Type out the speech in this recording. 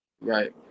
Right